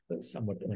somewhat